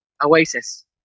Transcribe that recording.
Oasis